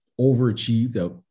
overachieved